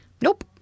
nope